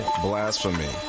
blasphemy